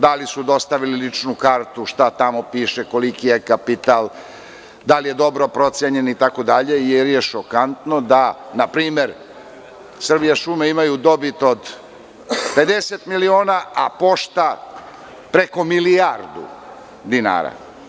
Da li su dostavili ličnu kartu, šta tamo piše koliki je kapital, da li je dobro procenjen itd. jer je šokantno da npr. „Srbijašume“ imaju dobit od 50 miliona, a Pošta preko milijardu dinara.